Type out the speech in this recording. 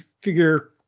figure